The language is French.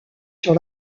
sur